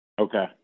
Okay